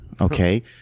Okay